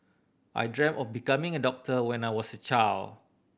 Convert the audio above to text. I dreamt of becoming a doctor when I was a child